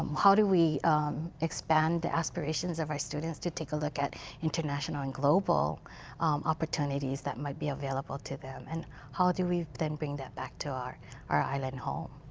how do we expand aspirations of our students to take a look at international and global opportunities that might be available to them. and how do we then bring that back to our our island home?